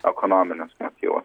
ekonominis motyvas